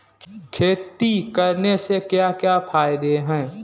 खेती करने से क्या क्या फायदे हैं?